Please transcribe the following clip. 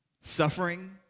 suffering